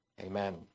Amen